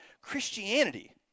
Christianity